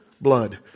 blood